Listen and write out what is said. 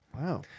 Wow